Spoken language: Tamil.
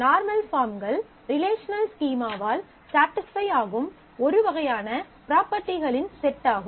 நார்மல் பார்ம்கள் ரிலேஷனல் ஸ்கீமாவால் ஸடிஸ்ஃபை ஆகும் ஒரு வகையான ப்ராப்பர்ட்டிகளின் செட்டாகும்